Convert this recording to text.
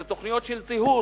אלה תוכניות של טיהור,